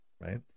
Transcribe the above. right